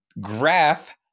graph